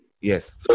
yes